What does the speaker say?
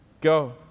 Go